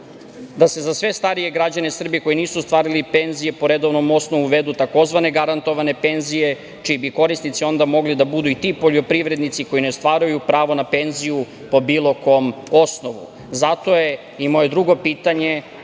da se za sve starije građane Srbije koji nisu ostvarili penzije po redovnom osnovu uvedu tzv. garantovane penzije čiji bi korisnici onda mogli da budu i ti poljoprivrednici koji ne ostvaruju pravo na penziju po bilo kom osnovu. Zato je i moje drugo pitanje